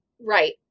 Right